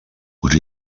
what